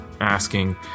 asking